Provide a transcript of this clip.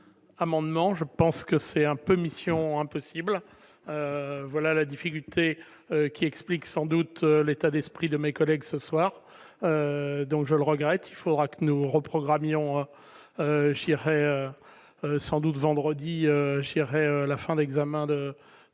je pense que c'est un peu Mission : Impossible, voilà la difficulté qui explique sans doute l'état d'esprit de mes collègues ce soir donc je le regrette, il faudra que nous reprogrammer Lyon j'irai sans doute vendredi irai la fin l'examen de de ces